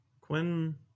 Quinn